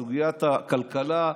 בסוגיית הכלכלה,